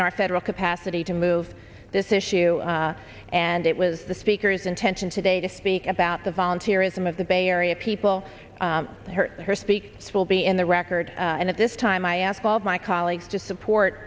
in our federal capacity to move this issue and it was the speaker's intention today to speak about the volunteerism of the bay area people hurt her speaks will be in the record and at this time i ask all of my colleagues to support